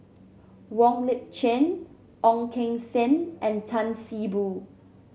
Wong Lip Chin Ong Keng Sen and Tan See Boo